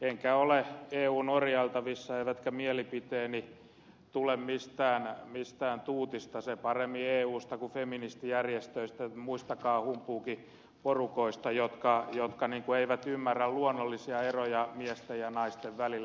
enkä ole eun orjailtavissa eivätkä mielipiteeni tule mistään tuutista sen paremmin eusta kuin feministijärjestöistä tai muistakaan humpuukiporukoista jotka eivät ymmärrä luonnollisia eroja miesten ja naisten välillä